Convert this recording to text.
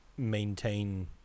maintain